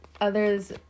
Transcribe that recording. others